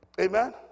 Amen